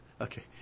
Okay